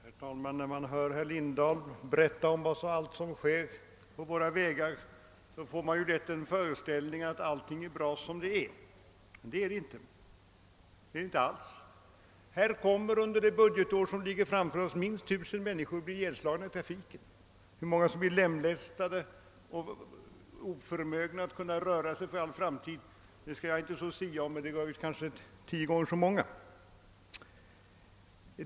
Herr talman! När man hör herr Lindahl berätta om allt som sker på våra vägar, får man lätt en föreställning att allting är bra som det är. Så är dock inte alls fallet. Under det budgetår som ligger framför oss kommer minst tusen människor att bli ihjälslagna i trafiken. Hur många som blir lemlästade och för all framtid oförmögna att kunna röra sig skall jag inte sia om, men det kanske blir tio gånger så många.